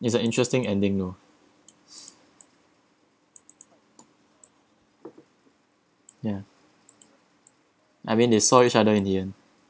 it's a interesting ending though yeah I mean they saw each other in the end